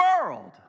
world